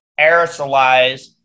aerosolize